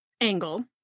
angle